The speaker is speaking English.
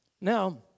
now